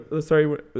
sorry